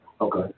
Okay